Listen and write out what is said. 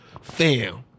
Fam